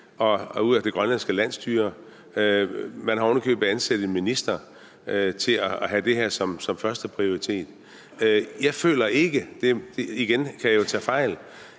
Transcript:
og ud af det grønlandske landsstyre. Man har ovenikøbet udnævnt en minister til at have det her som første prioritet. Jeg føler ikke – og igen kan jeg jo tage fejl